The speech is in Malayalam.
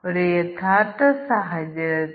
ഇവിടെ മറ്റൊരു ക്വിസ് ഉണ്ട്